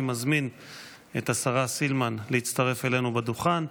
אני מזמין את השרה סילמן להצטרף אלינו לדוכן.